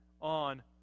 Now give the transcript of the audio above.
on